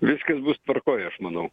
viskas bus tvarkoj aš manau